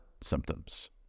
symptoms